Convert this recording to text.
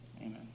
amen